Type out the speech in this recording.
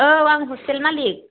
औ आं हस्टेल मालिक